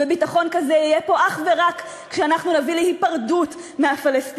וביטחון כזה יהיה פה אך ורק כשאנחנו נביא להיפרדות מהפלסטינים.